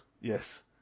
Yes